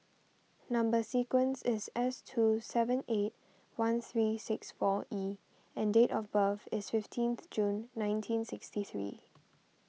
Number Sequence is S two seven eight one three six four E and date of birth is fifteenth June nineteen sixty three